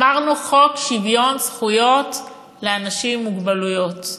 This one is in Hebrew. אמרנו: חוק שוויון זכויות לאנשים עם מוגבלות.